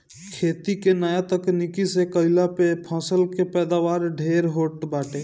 खेती के नया तकनीकी से कईला पअ फसल के पैदावार ढेर होत बाटे